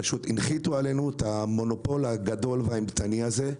הנחיתו עלינו את המונופול הגדול והאימתני הזה.